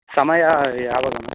ಸಮಯ ಯಾವಾಗ ಮ್ಯಾಮ್